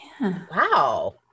wow